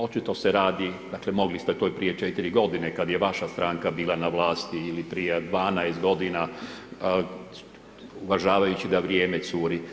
Očito se radi, dakle mogli ste to i prije 4 godine kad je vaša stranka bila na vlasti ili prije 12 godina uvažavajući da vrijeme curi.